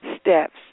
steps